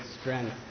strength